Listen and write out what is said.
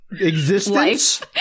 Existence